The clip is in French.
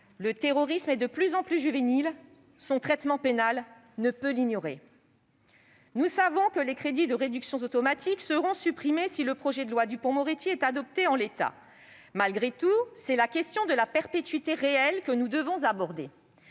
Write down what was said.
Le terrorisme est de plus en plus juvénile, et son traitement pénal ne peut l'ignorer. Nous savons que les crédits de réduction automatique seront supprimés si le projet de loi Dupond-Moretti est adopté en l'état. Malgré tout, c'est la question de la perpétuité réelle que nous devons aborder.